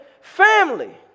family